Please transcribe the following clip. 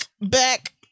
back